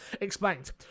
explained